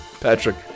Patrick